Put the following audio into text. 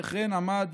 כמו כן, הוא עמד